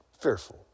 fearful